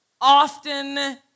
often